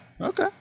okay